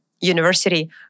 University